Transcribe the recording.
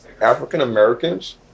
African-Americans